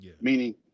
Meaning